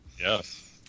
yes